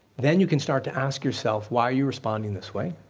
then you can start to ask yourself why are you responding this way,